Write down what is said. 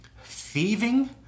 thieving